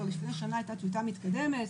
לפני שנה הייתה טיוטה מתקדמת,